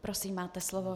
Prosím, máte slovo.